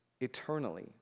eternally